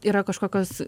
yra kažkokios